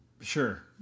Sure